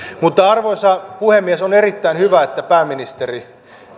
mutta arvoisa puhemies on erittäin hyvä että pääministeri